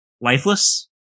lifeless